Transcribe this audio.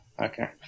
Okay